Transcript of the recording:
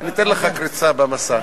אני אתן לך קריצה במסך.